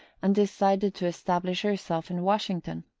and decided to establish herself in washington.